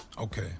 Okay